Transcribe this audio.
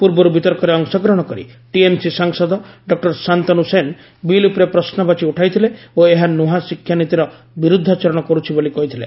ପୂର୍ବରୁ ବିତର୍କରେ ଅଂଶଗ୍ରହଣ କରି ଟିଏମ୍ସି ସାଂସଦ ଡକ୍ଟର ଶାନ୍ତନୁ ସେନ୍ ବିଲ୍ ଉପରେ ପ୍ରଶ୍ନବାଚୀ ଉଠାଇଥିଲେ ଓ ଏହା ନୂଆ ଶିକ୍ଷାନୀତିର ବିରୁଦ୍ଧାଚରଣ କରୁଛି ବୋଲି କହିଥିଲେ